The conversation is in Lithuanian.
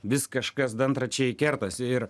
vis kažkas dantračiai kertasi ir